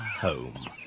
home